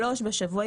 שלוש בשבוע,